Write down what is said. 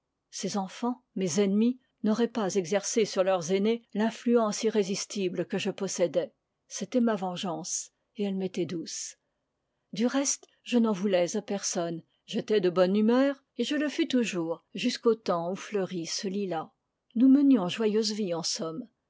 ces enfans mes ennemis n'auraient pas exercé sur leurs aînés l'influence irrésistible que je possédais c'était ma vengeance et elle m'était douce du reste je n'en voulais à personne j'étais de bonne humeur et je le fus toujours jusqu'au temps où fleurit ce lilas nous menions joyeuse vie en somme